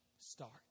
Start